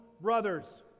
brothers